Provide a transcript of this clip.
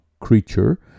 creature